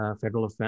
federal